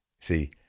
see